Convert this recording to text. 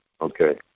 Okay